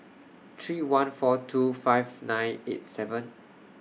three one four two fives nine eight seven